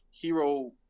hero